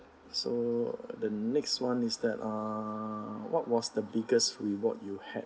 so the next one is that uh what was the biggest reward you had